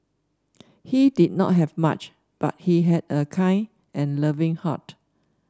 he did not have much but he had a kind and loving heart